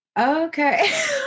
okay